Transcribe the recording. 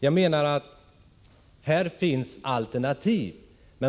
Jag menar att det finns alternativ.